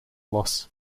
loss